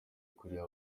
kurira